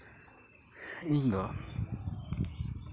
ᱤᱧᱫᱚ